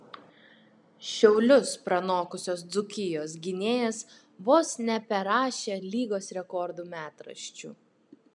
šiaulius pranokusios dzūkijos gynėjas vos neperrašė lygos rekordų metraščių